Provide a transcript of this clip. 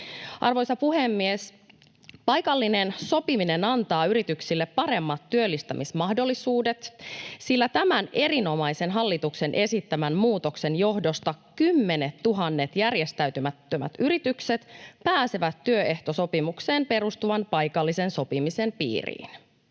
Arvoisa puhemies! Paikallinen sopiminen antaa yrityksille paremmat työllistämismahdollisuudet, sillä tämän erinomaisen hallituksen esittämän muutoksen johdosta kymmenettuhannet järjestäytymättömät yritykset pääsevät työehtosopimukseen perustuvan paikallisen sopimisen piiriin.